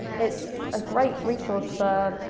it's a great resource for,